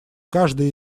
каждое